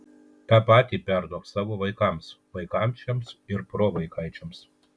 tą patį perduok savo vaikams vaikaičiams ir provaikaičiams